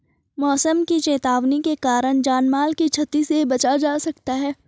मौसम की चेतावनी के कारण जान माल की छती से बचा जा सकता है